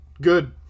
Good